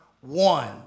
one